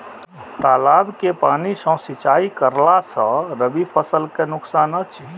तालाब के पानी सँ सिंचाई करला स रबि फसल के नुकसान अछि?